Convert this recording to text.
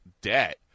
debt